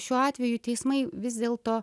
šiuo atveju teismai vis dėl to